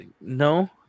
No